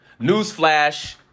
newsflash